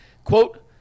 Quote